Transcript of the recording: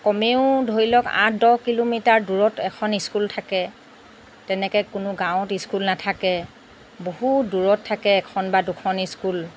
কমেও ধৰি লওক আঠ দহ কিলোমিটাৰ দূৰত এখন স্কুল থাকে তেনেকৈ কোনো গাঁৱত স্কুল নাথাকে বহুত দূৰত থাকে এখন বা দুখন স্কুল